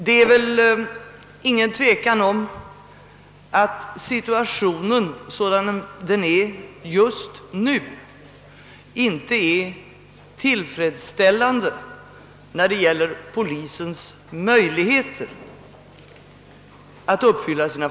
Det är väl inget tvivel om att polisens möjligheter just nu att fylla sina funktioner inte är tillräckliga.